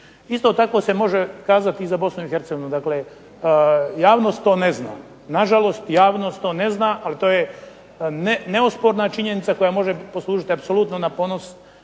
Isto tako se može kazati i za Bosnu i Hercegovinu. Javnost to ne zna. Nažalost, javnost to ne zna, ali to je neosporna činjenica koja može poslužiti apsolutno na ponos